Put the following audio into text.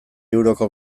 euroko